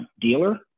dealer